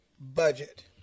budget